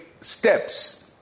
steps